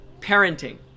parenting